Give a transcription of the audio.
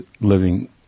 living